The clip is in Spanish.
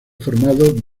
formado